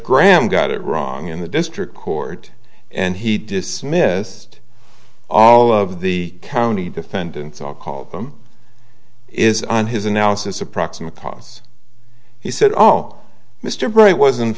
graham got it wrong in the district court and he dismissed all of the county defendants all call them is on his analysis approximate cause he said oh mr bright wasn't